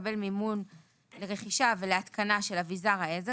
זכאי לקבל מימון לרכישה ולהתקנה של אביזר העזר